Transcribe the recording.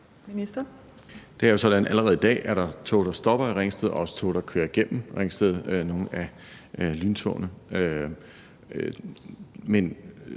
Det er jo sådan, at allerede i dag er der tog, der stopper i Ringsted, og også tog, der kører igennem Ringsted, nemlig nogle af lyntogene.